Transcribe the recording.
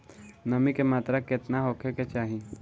नमी के मात्रा केतना होखे के चाही?